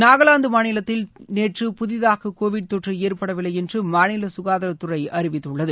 நாகாலாந்து மாநிலத்தில் நேற்று புதிதாக கோவிட் தொற்று ஏற்படவில்லை என்று மாநில சுகாதாரத்துறை அறிவித்துள்ளது